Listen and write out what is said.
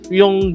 yung